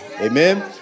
Amen